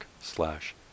slash